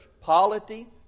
polity